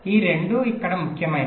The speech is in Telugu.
ఈ రెండూ ఇక్కడ ముఖ్యమైనవి